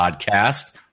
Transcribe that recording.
Podcast